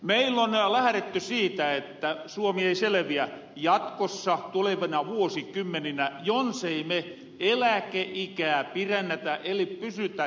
meil on lähäretty siitä että suomi ei selviä jatkossa tulevina vuosikymmeninä jonsei me eläkeikää pirennetä eli pysytä töissä pirempään